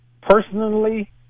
personally